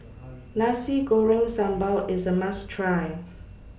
Nasi Goreng Sambal IS A must Try